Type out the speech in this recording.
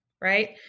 right